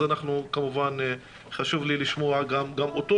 אז כמובן שחשוב לי לשמוע גם אותו,